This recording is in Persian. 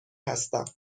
هستم